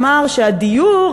אמר שהדיור,